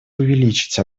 увеличивать